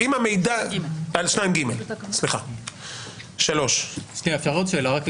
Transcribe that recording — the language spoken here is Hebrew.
3. שנייה אפשר עוד שאלה?